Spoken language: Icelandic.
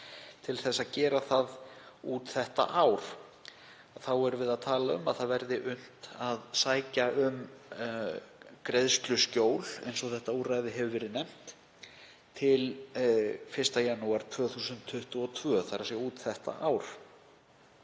til þess að gera það út þetta ár. Þá erum við að tala um að unnt verði að sækja um greiðsluskjól, eins og þetta úrræði hefur verið nefnt, til 1. janúar 2022, þ.e. út þetta ár.